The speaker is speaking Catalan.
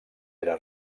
era